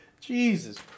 Jesus